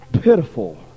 pitiful